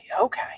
okay